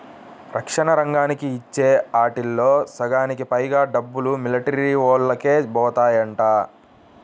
రక్షణ రంగానికి ఇచ్చే ఆటిల్లో సగానికి పైగా డబ్బులు మిలిటరీవోల్లకే బోతాయంట